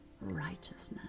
righteousness